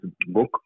book